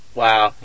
wow